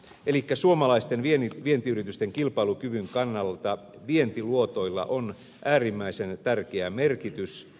elikkä suomalaisten vientiyritysten kilpailukyvyn kannalta vientiluotoilla on äärimmäisen tärkeä merkitys